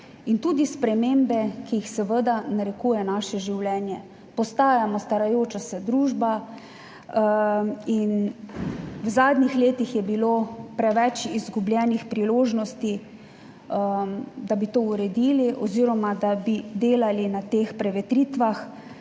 in tudi spremembe, ki jih seveda narekuje naše življenje. Postajamo starajoča se družba in v zadnjih letih je bilo preveč izgubljenih priložnosti, da bi to uredili oz. da bi delali na teh prevetritvah.